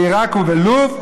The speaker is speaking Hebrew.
לעיראק וללוב,